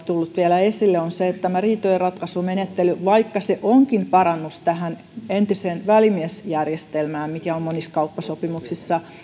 vielä esille on se että tämä riitojenratkaisumenettely vaikka se onkin parannus entiseen välimiesjärjestelmään mikä on monissa kauppasopimuksissa